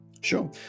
Sure